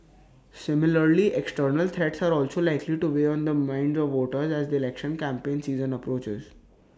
similarly external threats are also likely to weigh on the minds of voters as the election campaign season approaches